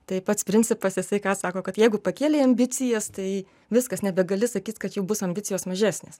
tai pats principas jisai ką sako kad jeigu pakėlei ambicijas tai viskas nebegali sakyt kad jau bus ambicijos mažesnės